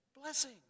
blessing